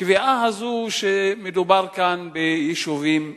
הקביעה הזאת שמדובר כאן ביישובים קטנים.